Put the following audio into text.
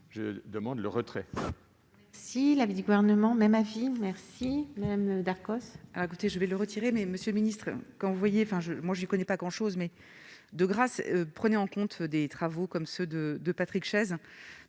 demande le retrait